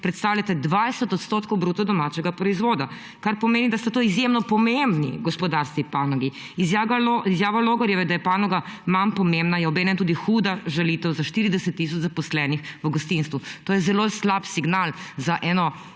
predstavljata 20 % bruto domačega proizvoda, kar pomeni, da sta to izjemno pomembni gospodarski panogi. Izjava Logarjeve, da je panoga manj pomembna, je obenem tudi huda žalitev za 40 tisoč zaposlenih v gostinstvu.« To je zelo slab signal za en